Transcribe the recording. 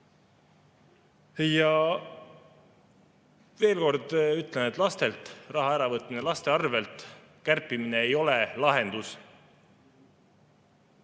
Veel kord ütlen, et lastelt raha äravõtmine, laste arvel kärpimine ei ole lahendus.